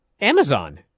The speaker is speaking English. Amazon